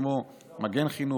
כמו מגן חינוך,